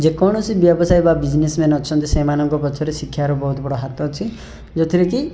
ଯେକୌଣସି ବ୍ୟବସାୟୀ ବା ବିଜନେସ୍ ମ୍ୟାନ୍ ଅଛନ୍ତି ସେମାନଙ୍କ ପଛରେ ଶିକ୍ଷାର ବହୁତ ବଡ଼ ହାତ ଅଛି ଯେଉଁଥିରେ କି